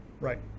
right